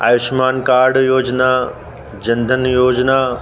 Ayushman card योजना जन धन योजना